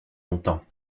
longtemps